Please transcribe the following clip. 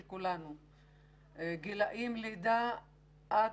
מסר של כולנו לפיו יש למדינה אחריות על ילדים מגיל לידה.